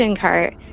cart